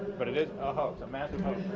but it is a hoax, a massive